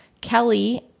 Kelly